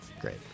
great